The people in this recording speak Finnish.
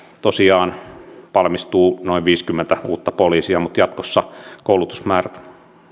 tosiaan valmistuu noin viisikymmentä uutta poliisia mutta jatkossa koulutusmäärät